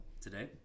today